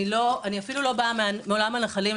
אני אפילו לא באה מעולם הנחלים,